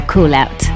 Coolout